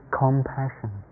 compassion